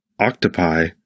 octopi